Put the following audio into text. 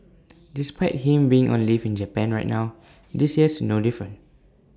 despite him being on leave in Japan right now this year's no different